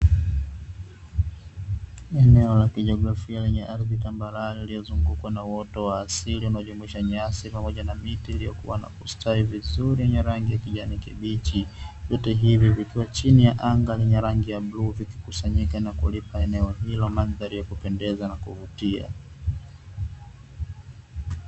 Eneo la kijiografia lenye ardhi tambarare uliyozungukwa na uoto wa asili, unajumuisha nyasi pamoja na miti, iliyokua na kustawi vizuri yenye rangi ya kijani kibichi. Vyote hivi vikiwa chini ya anga lenye rangi ya bluu vikikusanyika na kulipa eneo hilo mandhari ya kupendeza na kuvutia.